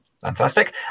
Fantastic